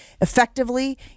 effectively